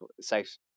safe